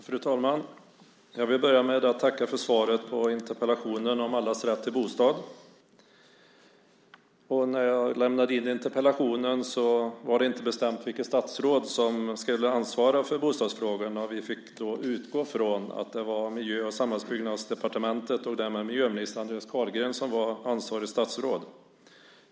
Fru talman! Jag vill börja med att tacka för svaret på interpellationen om allas rätt till bostad. När jag lämnade in interpellationen var det inte bestämt vilket statsråd som skulle ansvara för bostadsfrågorna, och vi fick då utgå ifrån att det var Miljö och samhällsbyggnadsdepartementet och därmed miljöminister Andreas Carlgren som hade ansvaret.